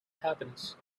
happiness